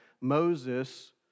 Moses